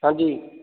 ਹਾਂਜੀ